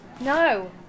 No